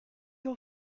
your